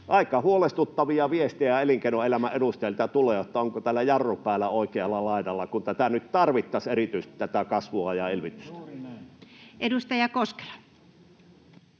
Aika huolestuttavia viestejä elinkeinoelämän edustajilta tulee, että onko täällä jarru päällä oikealla laidalla, kun nyt erityisesti tarvittaisiin tätä kasvua ja elvytystä. Edustaja Koskela.